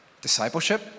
Discipleship